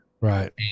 right